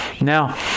now